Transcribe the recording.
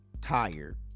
tired